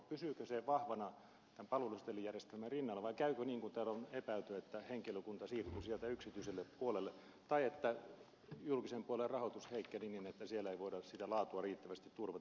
pysyykö se vahvana tämän palvelusetelijärjestelmän rinnalla vai käykö niin kuin täällä on epäilty että henkilökunta siirtyy sieltä yksityiselle puolelle tai että julkisen puolen rahoitus heikkenee niin että siellä ei voida sitä laatua riittävästi turvata